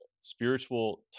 spiritual